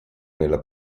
nella